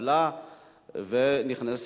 התקבל ונכנס